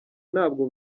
ntabwo